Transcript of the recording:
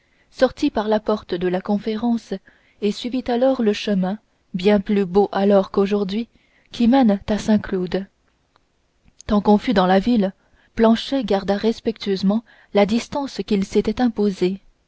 sortit par la porte de la conférence et suivit alors le chemin bien plus beau alors qu'aujourd'hui qui mène à saint-cloud tant qu'on fut dans la ville planchet garda respectueusement la distance qu'il s'était imposée